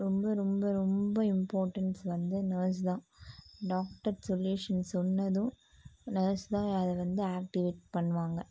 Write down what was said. ரொம்ப ரொம்ப ரொம்ப ரொம்ப இம்பார்டன்ஸ் வந்து நர்ஸ்தான் டாக்டர்ஸ் சொலியூஷன் சொன்னதும் நர்ஸ்தான் அதை வந்து ஆக்ட்டிவேட் பண்ணுவாங்க